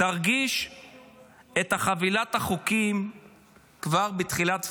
תרגיש את חבילת החוקים כבר בתחילת פברואר.